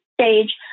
stage